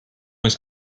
was